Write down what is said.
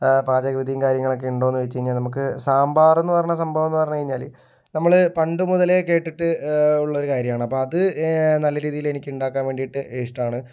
പാചകവിധിയും കാര്യങ്ങളൊക്കെ ഉണ്ടോയെന്ന് ചോദിച്ച് കഴിഞ്ഞാൽ നമുക്ക് സാമ്പാറെന്ന് പറഞ്ഞ സംഭവം എന്നു പറഞ്ഞു കഴിഞ്ഞാല് നമ്മള് പണ്ടു മുതലേ കേട്ടിട്ട് ഉള്ളൊരു കാര്യമാണ് അപ്പോൾ അത് നല്ല രീതിയിലെനിക്ക് ഉണ്ടാക്കാന് വേണ്ടിയിട്ട് ഇഷ്ടമാണ്